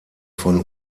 von